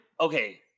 okay